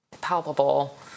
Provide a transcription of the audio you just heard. palpable